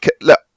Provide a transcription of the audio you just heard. Look